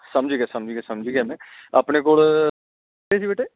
ਸਮਝ ਗਿਆ ਸਮਝ ਗਿਆ ਸਮਝ ਗਿਆ ਮੈਂ ਆਪਣੇ ਕੋਲ ਬੇਟੇ